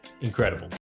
Incredible